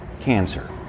cancer